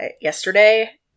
yesterday